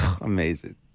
Amazing